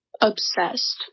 obsessed